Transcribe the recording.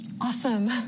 awesome